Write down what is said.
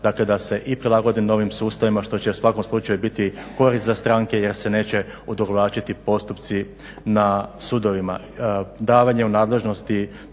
strankama da se i prilagode novim sustavima što će u svakom slučaju biti korist za stranke jer se neće odugovlačiti postupci na sudovima.